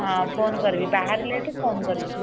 ହଁ ଫୋନ୍ କରିବି ବାହାରିଲେ ଏଠୁ ଫୋନ୍ କରିବି